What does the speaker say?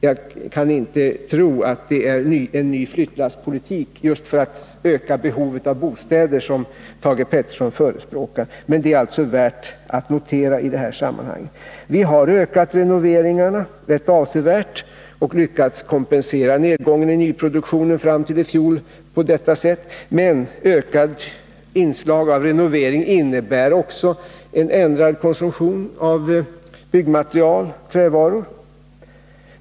Jag kan inte tro att det är en ny flyttlasspolitik just för att öka behovet av bostäder som Thage Peterson förespråkar, men detta är alltså värt att notera i det här sammanhanget. Vi har ökat renoveringarna rätt avsevärt och lyckats kompensera nedgången i nyproduktionen fram till i fjol på detta sätt, men ett ökat inslag av renoveringar innebär också en ändrad konsumtion av byggmaterial, dvs. trävaror.